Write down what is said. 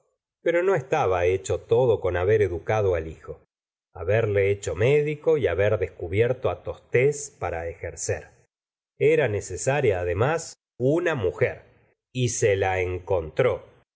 pero no estaba hecho todo con haber educado al hijo haberle hecho médico y haber descubierto á tostes para ejercer era necesaria además una mujer y se la encontró